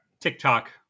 TikTok